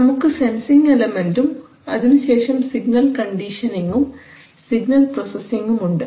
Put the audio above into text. നമുക്ക് സെൻസിംഗ് എലമെന്റും അതിനുശേഷം സിഗ്നൽ കണ്ടീഷനിംഗും സിഗ്നൽ പ്രോസസിംഗും ഉണ്ട്